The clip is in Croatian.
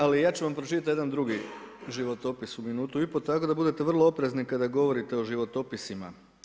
Ali ja ću vam pročitati jedan drugi životopis u minutu i pol tako da budete vrlo oprezni kada govorite o životopisima.